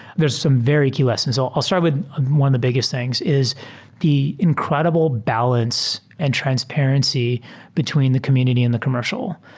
there's some very key lessons. i'l l start with one of the biggest things is the incredible balance and transparency between the community and the commercial.